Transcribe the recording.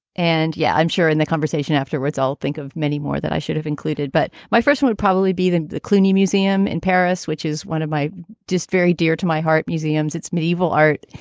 and yeah, i'm sure in the conversation afterwards, i'll think of many more that i should have included. but my first and would probably be the cluny museum in paris, which is one of my deepest, very dear to my heart museums. it's medieval art.